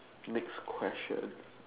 next question